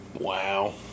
wow